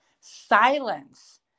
silence